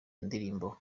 ndirimbo